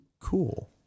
cool